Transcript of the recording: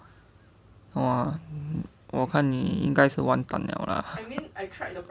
!wah! 我看你应该是完蛋了啦